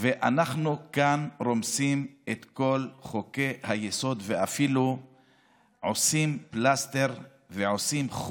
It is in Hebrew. ואנחנו כאן רומסים את כל חוקי-היסוד ואפילו עושים פלסתר ועושים,